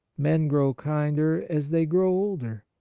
men grow kinder as they grow older.